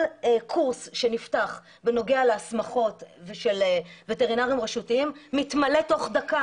כל קורס שנפתח בנוגע להסמכות של וטרינרים רשותיים מתמלא תוך דקה.